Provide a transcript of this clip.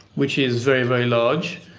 which is very, very large.